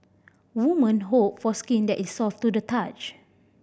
women hope for skin that is soft to the touch